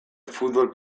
futbol